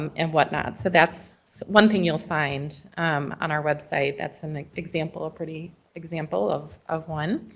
um and whatnot. so that's one thing you'll find on our website. that's an example, a pretty example of of one.